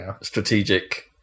strategic